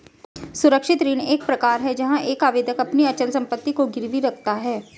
सुरक्षित ऋण एक प्रकार है जहां एक आवेदक अपनी अचल संपत्ति को गिरवी रखता है